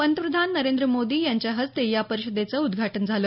पंतप्रधान नरेंद्र मोदी यांच्याहस्ते या परिषदेचं उद्घाटन झालं